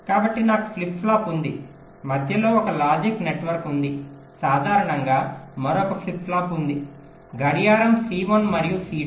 కాబట్టి నాకు flip flop ఉంది మధ్యలో ఒక లాజిక్ నెట్వర్క్ ఉంది సాధారణంగా మరొక ఫ్లిప్ ఫ్లాప్ ఉంది గడియారం C1 మరియు C2